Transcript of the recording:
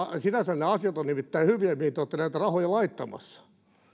sinänsä nämä asiat ovat nimittäin hyviä mihin te olette näitä rahoja laittamassa